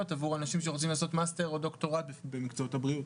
עבור אנשים שרוצים לעשות מאסטר או דוקטורט במקצועות הבריאות.